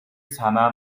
санаа